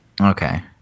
okay